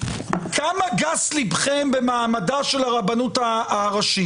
כמה גס לבכם במעמדה של הרבנות הראשית.